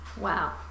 wow